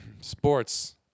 Sports